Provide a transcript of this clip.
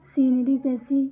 scenery जैसी